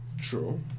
True